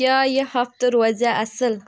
کیاہ یہِ ہفتہٕ روزِیا اصٕل